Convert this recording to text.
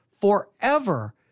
forever